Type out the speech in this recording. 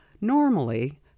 Normally